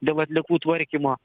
dėl atliekų tvarkymo